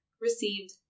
received